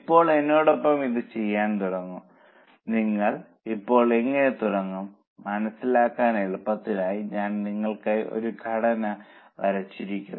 ഇപ്പോൾ എന്നോടൊപ്പം ഇത് ചെയ്യാൻ തുടങ്ങൂ നിങ്ങൾ ഇപ്പോൾ എങ്ങനെ തുടങ്ങും മനസിലാക്കാൻ എളുപ്പത്തിനായി ഞാൻ നിങ്ങൾക്കായി ഒരു ഘടന വരച്ചിരിക്കുന്നു